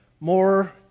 more